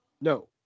No